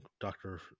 doctor